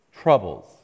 Troubles